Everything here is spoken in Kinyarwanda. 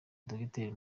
dogiteri